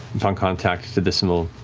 upon contact to the symbol,